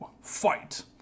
fight